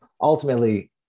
ultimately